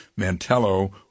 Mantello